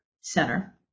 center